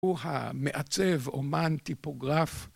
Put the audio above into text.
הוא המעצב, אומן, טיפוגרף.